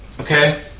Okay